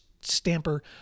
Stamper